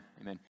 Amen